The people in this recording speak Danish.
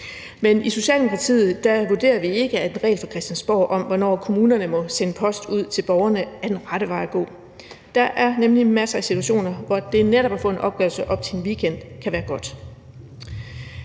Men i Socialdemokratiet vurderer vi ikke, at en regel fra Christiansborg om, hvornår kommunerne må sende post ud til borgerne, er den rette vej at gå. Der er nemlig masser af situationer, hvor det at få en opgørelse op til en weekend netop kan være godt,